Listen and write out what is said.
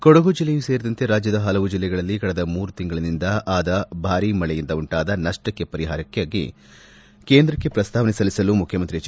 ಕೊಡಗು ಜಿಲ್ಲೆಯೂ ಸೇರಿದಂತೆ ರಾಜ್ದದ ಹಲವು ಜಿಲ್ಲೆಗಳಲ್ಲಿ ಕಳೆದ ಮೂರು ತಿಂಗಳಿಂದ ಆದ ಭಾರಿ ಮಳೆಯಿಂದ ಉಂಟಾದ ನಷ್ಟಕ್ಕೆ ಪರಿಹಾರಕ್ಕಾಗಿ ಕೇಂದ್ರಕ್ಕೆ ಪ್ರಸ್ತಾವನೆ ಸಲ್ಲಿಸಲು ಮುಖ್ಯಮಂತ್ರಿ ಎಚ್